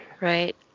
Right